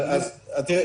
תראה,